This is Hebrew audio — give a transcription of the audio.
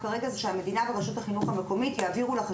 המדינה ורשות החינוך המקומית יעבירו את הכספים המיועדים לאותו מוסד,